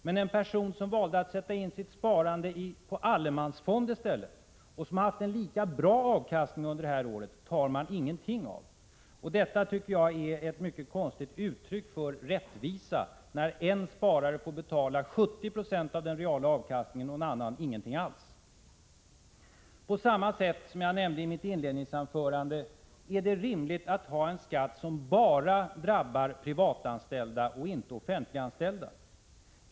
Men en person som i stället valde att sätta in sitt sparande på allemansfond och som haft en lika bra avkastning under året tar man ingenting av. Jag tycker att det är ett mycket konstigt uttryck för rättvisa, när en sparare får betala 70 26 av den reala avkastningen och en annan ingenting alls. Jag frågade i mitt inledningsanförande: Är det rimligt att ha en skatt som bara drabbar privatanställda och inte offentliganställda?